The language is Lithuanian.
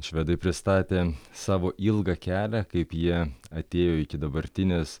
švedai pristatė savo ilgą kelią kaip jie atėjo iki dabartinės